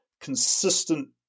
consistent